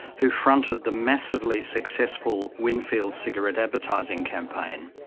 who fronted the massively successful winfield cigarette advertising campaign.